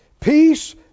Peace